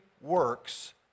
works